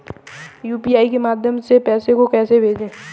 UPI के माध्यम से पैसे को कैसे भेजें?